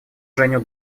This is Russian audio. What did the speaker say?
женю